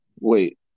Wait